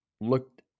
looked